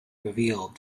revealed